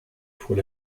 fois